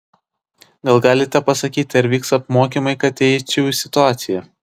gal galite pasakyti ar vyks apmokymai kad įeičiau į situaciją